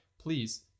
please